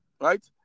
Right